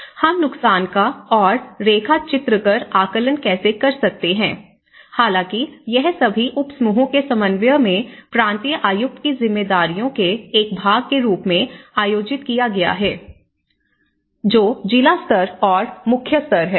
हम नुकसान का और रेखा चित्रकर आकलन कैसे कर सकते हैं हालांकि यह सभी उपसमूहों के समन्वय में प्रांतीय आयुक्त की जिम्मेदारियों के एक भाग के रूप में आयोजित किया गया है जो जिला स्तर पर मुख्य स्तर है